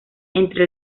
entre